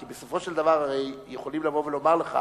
כי בסופו של דבר הרי יכולים לבוא ולומר לך